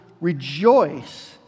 rejoice